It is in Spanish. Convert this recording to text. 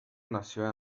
nació